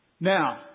Now